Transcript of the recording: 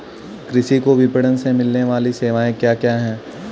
कृषि को विपणन से मिलने वाली सेवाएँ क्या क्या है